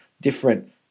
different